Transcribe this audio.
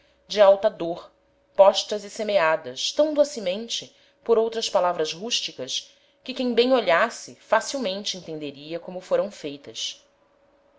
de alta dôr postas e semeadas tam docemente por outras palavras rusticas que quem bem olhasse facilmente entenderia como foram feitas